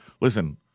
listen